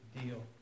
deal